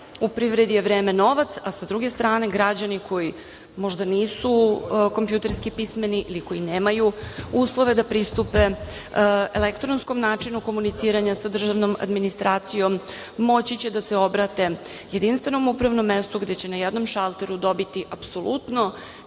U privredi je vreme novac. S druge strane, građani koji možda nisu kompjuterski pismeni ili koji nemaju uslove da pristupe elektronskom načinu komuniciranja sa državnom administracijom moći će da se obrate jedinstvenom upravnom mestu, gde će na jednom šalteru dobiti apsolutno